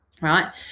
right